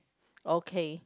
okay